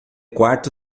quarto